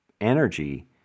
energy